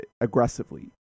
aggressively